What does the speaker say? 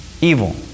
evil